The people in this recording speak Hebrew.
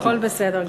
הכול בסדר גמור.